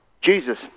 Jesus